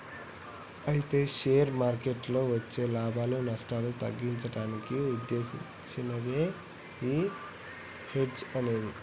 అయితే షేర్ మార్కెట్లలో వచ్చే లాభాలు నష్టాలు తగ్గించడానికి ఉద్దేశించినదే ఈ హెడ్జ్ అనేది